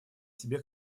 себе